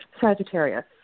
Sagittarius